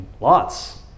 lots